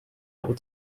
able